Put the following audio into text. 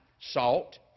Salt